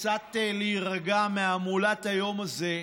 קצת להירגע מהמולת היום הזה,